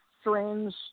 strange